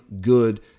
good